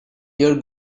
your